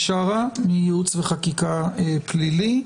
מייעוץ וחקיקה פלילי,